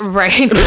right